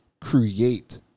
create